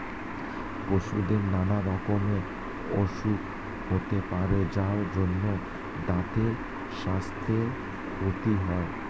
পশুদের নানা রকমের অসুখ হতে পারে যার জন্যে তাদের সাস্থের ক্ষতি হয়